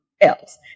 else